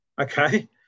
Okay